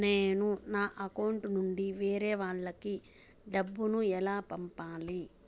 నేను నా అకౌంట్ నుండి వేరే వాళ్ళకి డబ్బును ఎలా పంపాలి?